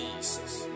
Jesus